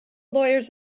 lawyers